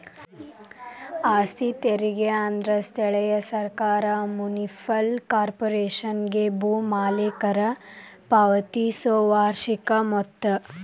ಆಸ್ತಿ ತೆರಿಗೆ ಅಂದ್ರ ಸ್ಥಳೇಯ ಸರ್ಕಾರ ಮುನ್ಸಿಪಲ್ ಕಾರ್ಪೊರೇಶನ್ಗೆ ಭೂ ಮಾಲೇಕರ ಪಾವತಿಸೊ ವಾರ್ಷಿಕ ಮೊತ್ತ